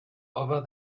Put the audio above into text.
over